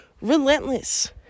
relentless